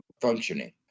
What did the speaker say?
functioning